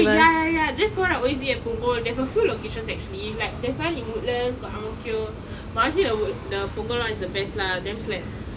oh ya ya ya that's the one I always eat at punggol they have a few locations actually like there's one in woodlands got ang mo kio but honestly the the punggol [one] is the best lah damn slack